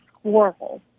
squirrel